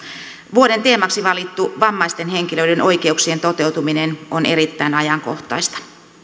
vuoden teemaksi valittu vammaisten henkilöiden oikeuksien toteutuminen on erittäin ajankohtaista